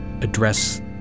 address